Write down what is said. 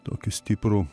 tokį stiprų